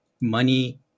money